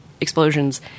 explosions